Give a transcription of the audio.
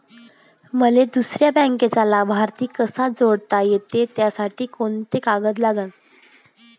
मले दुसऱ्या बँकेचा लाभार्थी कसा जोडता येते, त्यासाठी कोंते कागद लागन?